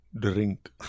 drink